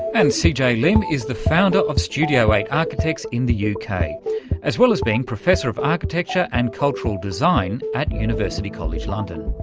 and c. j. lim is the founder of studio eight architects in the yeah uk as well as being professor of architecture and cultural design at university college london.